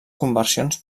conversions